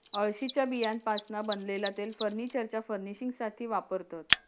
अळशीच्या बियांपासना बनलेला तेल फर्नीचरच्या फर्निशिंगसाथी वापरतत